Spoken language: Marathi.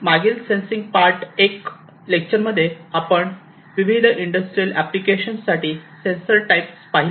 मागील सेन्सिंग पार्ट 1 लेक्चर मध्ये आपण विविध इंडस्ट्रियल एप्लिकेशन्स साठी सेंसर टाईप्स पाहिले